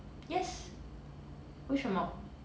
yes 为什么